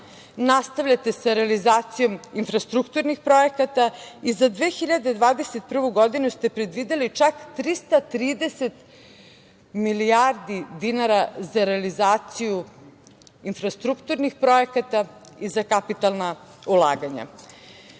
Nastavljate sa realizacijom infrastrukturnih projekata i za 2021. godinu ste predvideli čak 330 milijardi dinara za realizaciju infrastrukturnih projekata i za kapitalna ulaganja. Kada